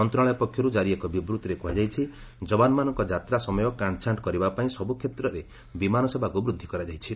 ମନ୍ତ୍ରଶାଳୟ ପକ୍ଷରୁ ଜାରି ଏକ ବିବୃଭିରେ କୁହାଯାଇଛି ଯବାନମାନଙ୍କ ଯାତ୍ରା ସମୟ କାଷ୍କଛାଷ୍ଟ କରିବା ପାଇଁ ସବୁ କ୍ଷେତ୍ରରେ ବିମାନ ସେବାକୁ ବୃଦ୍ଧି କରାଯାଇଛି